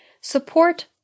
Support